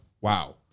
wow